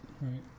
Right